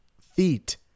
feet